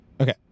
Okay